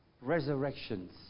resurrections